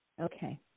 Okay